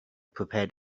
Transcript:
prepared